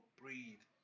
breathe